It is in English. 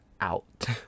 out